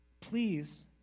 Please